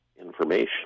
information